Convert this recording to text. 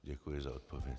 Děkuji za odpověď.